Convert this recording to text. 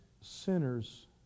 sinners